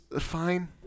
fine